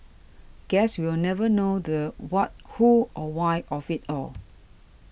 guess we'll never know the what who or why of it all